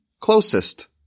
closest